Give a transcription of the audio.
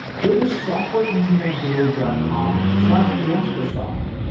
go to softwareengineeringdaily dot com slash jaspersoft.